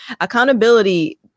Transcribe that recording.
Accountability